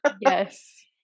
Yes